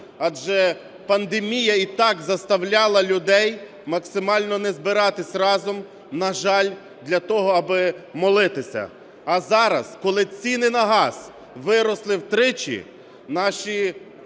адже пандемія і так заставляла людей максимально не збиратись разом, на жаль, для того, аби молитися. А зараз, коли ціни на газ виросли втричі, наші